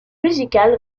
musicale